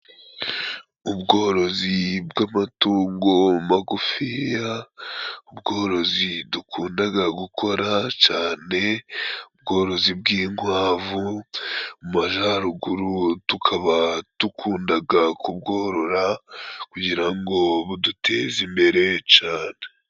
Ubworozi bw'amatungo magufiya. Ubworozi dukundaga gukora cane. Ubworozi bw'inkwavu, mu Majaruguru tukaba dukundaga kubworora kugira ngo buduteze imbere cane.